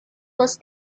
was